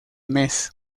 mes